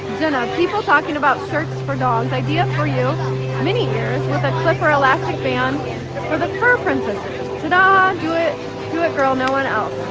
jenna, people talking about shirts for dogs. idea for you minnie ears with a clip or elastic band for the fur princesses tahdahhhhh do it do it girl no one else